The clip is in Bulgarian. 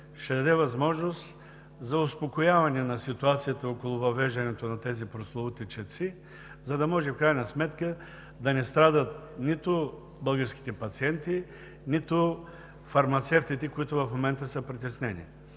ще даде възможност за успокояване на ситуацията около въвеждането на тези прословути четци, за да може в крайна сметка да не страдат нито българските пациенти, нито фармацевтите, които в момента са притеснени.